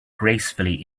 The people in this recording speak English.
gracefully